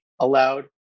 allowed